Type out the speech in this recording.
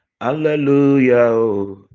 Hallelujah